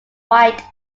white